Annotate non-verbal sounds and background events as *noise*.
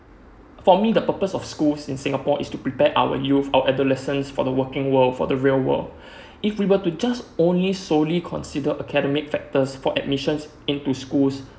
for me the purpose of the schools in singapore is to prepare our youth of adolescents for the working world for the real world *breath* if we were to just only solely consider academic factors for admissions into schools